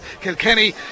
Kilkenny